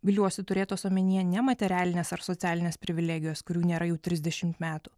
viliuosi turėtos omenyje ne materialinės ar socialinės privilegijos kurių nėra jau trisdešimt metų